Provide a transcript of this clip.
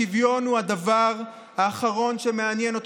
השוויון הוא הדבר האחרון שמעניין אותו".